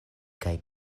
kaj